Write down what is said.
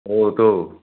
ꯑꯣ ꯇꯣ